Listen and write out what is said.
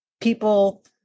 people